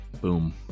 boom